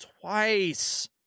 twice